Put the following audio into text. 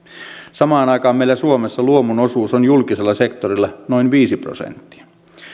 samaan aikaan meillä suomessa luomun osuus on julkisella sektorilla noin viisi prosenttia